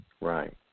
Right